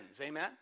amen